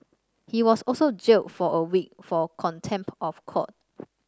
he was also jailed for a week for contempt of court